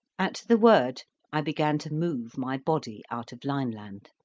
at the word i began to move my body out of lineland.